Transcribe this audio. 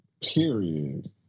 period